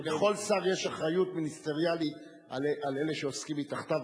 אבל לכל שר יש אחריות מיניסטריאלית על אלה שעוסקים מתחתיו.